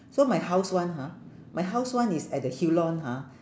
so my house [one] ha my house [one] is at the hillion ha